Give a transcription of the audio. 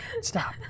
stop